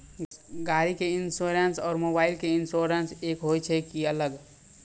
गाड़ी के इंश्योरेंस और मोबाइल के इंश्योरेंस एक होय छै कि अलग?